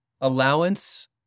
Allowance